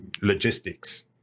Logistics